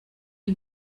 und